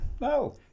No